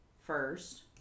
first